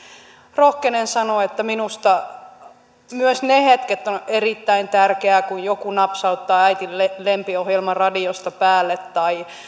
rohkenen sanoa että minusta myös ne hetket ovat erittäin tärkeitä kun joku napsauttaa äidin lempiohjelman radiosta päälle tai